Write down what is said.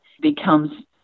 becomes